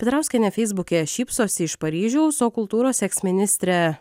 petrauskienė feisbuke šypsosi iš paryžiaus o kultūros eksministrė